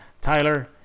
Tyler